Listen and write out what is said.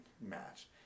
match